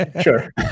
sure